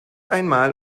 einmal